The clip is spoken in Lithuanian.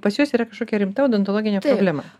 pas juos yra kažkokia rimta odontologinė problema